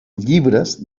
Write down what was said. llibres